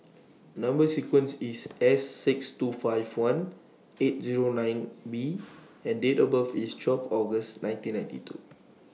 Number sequence IS S six two five one eight Zero nine B and Date of birth IS twelve August nineteen ninety two